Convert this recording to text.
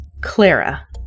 Clara